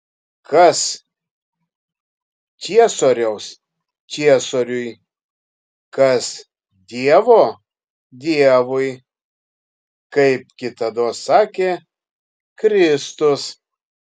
kas ciesoriaus ciesoriui kas dievo dievui kaip kitados sakė kristus